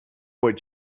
what